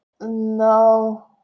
no